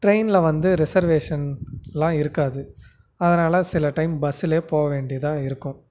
ட்ரெயினில் வந்து ரிசர்வேஷன் எல்லாம் இருக்காது அதனால சில டைம் பஸ்ஸில் போக வேண்டியதாக இருக்கும்